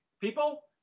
people